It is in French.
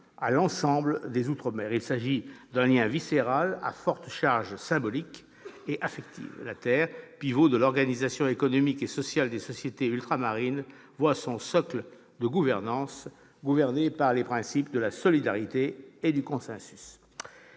à l'ensemble des outre-mer. Il s'agit d'un lien viscéral à forte charge symbolique et affective. La terre, pivot de l'organisation économique et sociale des sociétés ultramarines, voit son mode de gouvernance dominé par les principes de la solidarité et du consensus.